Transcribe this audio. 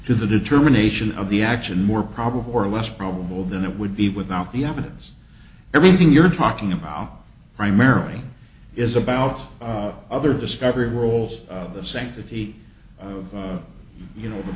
to the determination of the action more probable or less probable than it would be without the evidence everything you're talking about primarily is about other discovery whirls the sanctity of the you know